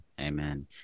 Amen